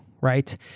right